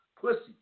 pussy